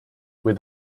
with